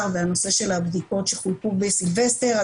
ועל הנושא של הבדיקות שחולקו בסילבסטר,